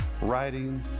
writing